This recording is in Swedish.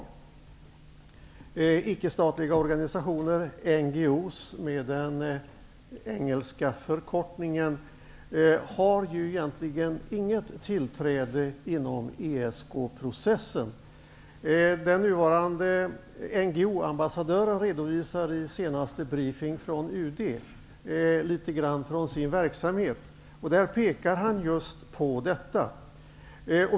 Ickestatliga organisationer -- NGO med den engelska förkortningen -- har egentligen inget tillträde till ESK-processen. Den nuvarande NGO ambassadören redovisade i den senaste briefingen från UD litet grand från sin verksamhet. Där pekade han just på detta.